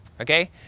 Okay